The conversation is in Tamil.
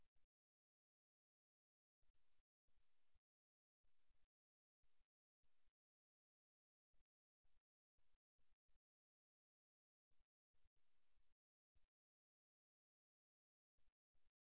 சில கலாச்சாரங்களில் இது மிகவும் அவமானகரமானதாகக் கருதப்படுகிறது எல்லா கலாச்சாரங்களிலும் இது நிராகரிப்பின் தோரணை மற்றும் இது மிகவும் எதிர்மறையான ஒன்றாக கருதப்படுகிறது